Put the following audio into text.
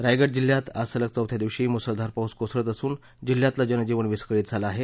रायगड जिल्ह्यात आज सलग चौथ्या दिवशीही मुसळधार पाऊस कोसळत असून जिल्ह्यातलं जनजीवन विस्कळीत झालं आहे